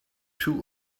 too